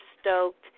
stoked